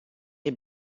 les